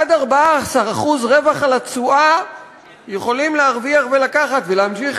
עד 14% רווח על התשואה יכולים להרוויח ולקחת ולהמשיך